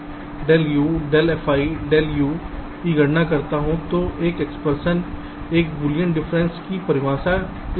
अगर मैं del fi del u del fi del u del fi del u की गणना करता हूं तो एक एक्सप्रेशन एक बूलियन अंतर की परिभाषा इस तरह है